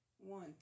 one